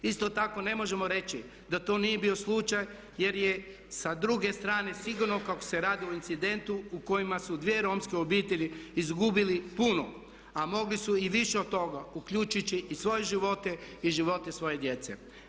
Isto tako ne možemo reći da to nije bio slučaj jer je sa druge strane sigurno kako se radi o incidentu u kojima su dvije Romske obitelji izgubili puno a mogli su i više od toga uključujući i svoje živote i živote svoje djece.